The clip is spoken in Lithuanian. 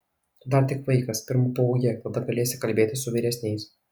tu dar tik vaikas pirma paūgėk tada galėsi kalbėti su vyresniais